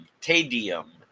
tedium